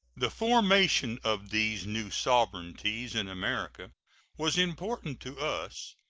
the formation of these new sovereignties in america was important to us,